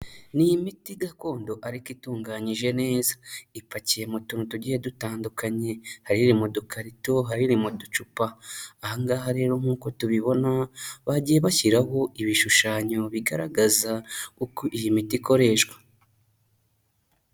Ni miti gakondo ariko itunganyije neza, ipakiye mu tuntu tugiye dutandukanye, hari iri mu dukarito, hari iri mu ducupa, aha ngaha rero nk'uko tubibona, bagiye bashyiraho ibishushanyo bigaragaza uko iyi miti ikoreshwa.